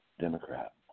Democrat